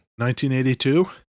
1982